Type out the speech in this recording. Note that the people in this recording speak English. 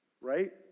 right